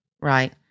Right